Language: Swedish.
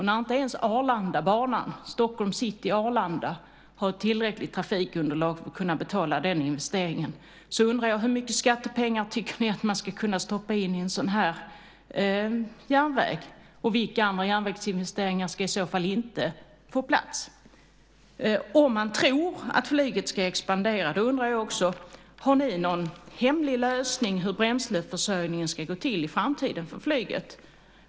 När inte ens Arlandabanan mellan Stockholm City och Arlanda har tillräckligt trafikunderlag för att kunna betala den investeringen så undrar jag: Hur mycket skattepengar tycker ni att man skulle kunna stoppa in i en sådan här järnväg, och vilka andra järnvägsinvesteringar ska i så fall inte få plats? Om ni tror att flyget ska expandera undrar jag om ni har någon hemlig lösning på hur bränsleförsörjningen för flyget ska gå till i framtiden.